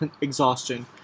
exhaustion